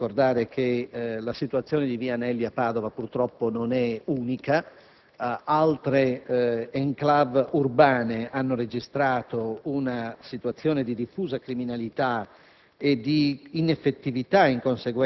Innanzitutto, è bene ricordare che la situazione di via Anelli a Padova purtroppo non è unica: altre *enclave* urbane hanno registrato una situazione di diffusa criminalità